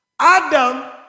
Adam